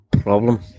problem